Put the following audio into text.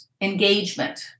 engagement